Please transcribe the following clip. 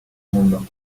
mundo